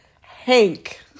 Hank